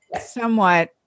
somewhat